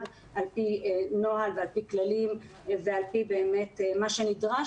על פי נוהל ועל פי כללים ועל פי באמת מה שנדרש,